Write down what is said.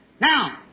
Now